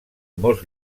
molts